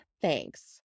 Thanks